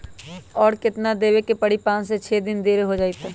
और केतना देब के परी पाँच से छे दिन देर हो जाई त?